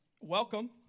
welcome